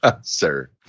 Sir